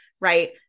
right